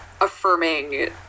affirming